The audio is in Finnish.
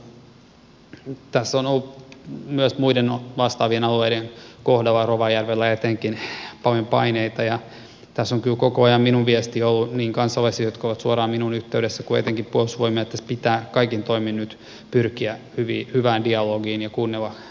tässä on ollut myös muiden vastaavien alueiden kohdalla rovajärvellä etenkin paljon paineita ja tässä on kyllä koko ajan minun viestini ollut niin kansalaisille jotka ovat olleet suoraan minuun yhteydessä kuin etenkin puolustusvoimille että tässä pitää kaikin toimin nyt pyrkiä hyvään dialogiin ja kuunnella alueen asukkaita